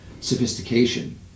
sophistication